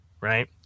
right